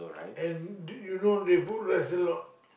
and do you know they book rice a lot